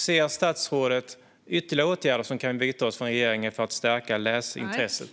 Ser statsrådet ytterligare åtgärder som regeringen kan vidta för att stärka läsintresset?